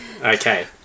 Okay